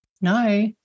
no